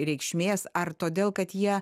reikšmės ar todėl kad jie